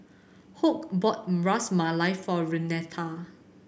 Hoke brought Ras Malai for Renata